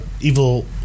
evil